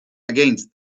against